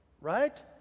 right